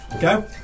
Go